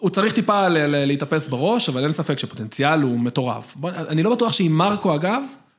הוא צריך טיפה להתאפס בראש, אבל אין ספק שהפוטנציאל, הוא מטורף. אני לא בטוח שעם מרקו אגב...